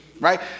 Right